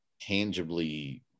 tangibly